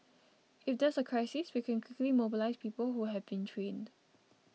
if there's a crisis we can quickly mobilise people who have been trained